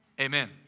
Amen